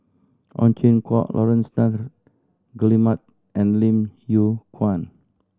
Ow Chin Hock Laurence Nunn Guillemard and Lim Yew Kuan